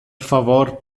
favor